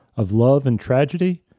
of love and tragedy,